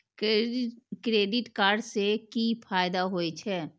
Credit card से कि फायदा होय छे?